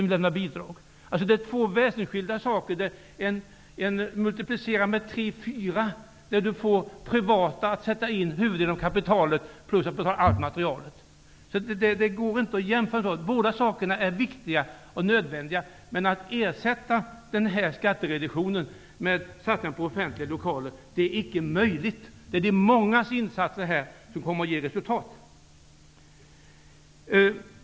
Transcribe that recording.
Vi talar här om två väsensskilda saker. Man kan multiplicera med tre eller fyra, där man får huvuddelen av kapitalet från privat håll plus materialkostnaden. Det här går inte att jämföra. Båda sakerna är viktiga och nödvändiga. Det är emellertid inte möjligt att ersätta skattereduktionen genom att satsa på offentliga lokaler. Det är här de mångas insatser som kommer att ge resultat.